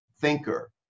thinker